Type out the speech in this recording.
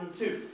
two